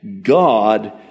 God